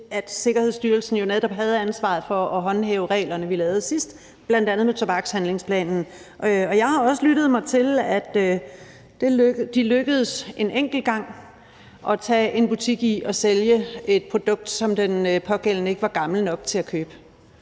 at Sikkerhedsstyrelsen jo netop havde ansvaret for at håndhæve reglerne, vi lavede sidst, bl.a. med tobakshandlingsplanen. Og jeg har også lyttet mig til, at det lykkedes dem en enkelt gang at tage en butik i at sælge et produkt, som den pågældende unge ikke var gammel nok til at købe.